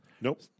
Nope